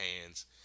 hands